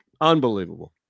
Unbelievable